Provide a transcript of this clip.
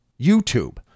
youtube